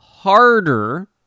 harder